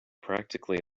practically